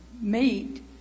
meet